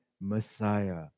Messiah